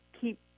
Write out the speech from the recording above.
keep